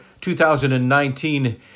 2019